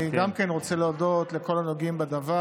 אני גם רוצה להודות לכל הנוגעים בדבר: